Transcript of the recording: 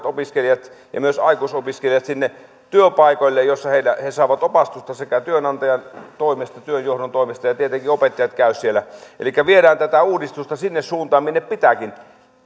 opiskelijat ja myös aikuisopiskelijat sinne työpaikoille missä he saavat opastusta työnantajan ja työnjohdon toimesta ja tietenkin opettajat käyvät siellä elikkä viedään tätä uudistusta sinne suuntaan minne pitääkin